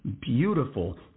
beautiful